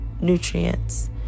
nutrients